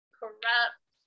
corrupt